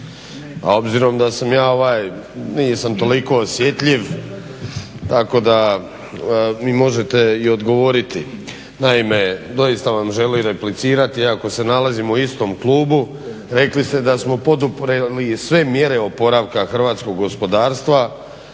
A obzirom da sam ja ovaj, nisam toliko osjetljiv, tako da mi možete i odgovoriti. Naime, doista vam želi replicirat, iako se nalazimo u istom klubu, Rekli ste da smo poduprijeli i sve mjere oporavka hrvatskog gospodarstva,